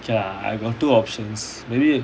K lah I got two options maybe